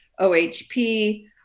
OHP